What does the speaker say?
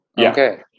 okay